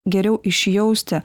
geriau išjausti